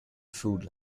food